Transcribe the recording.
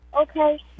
Okay